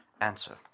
answer